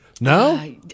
No